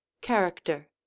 Character